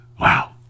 Wow